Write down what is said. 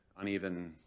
uneven